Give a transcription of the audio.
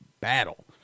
battle